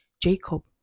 Jacob